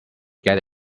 get